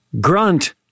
Grunt